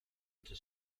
into